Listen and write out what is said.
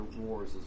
wars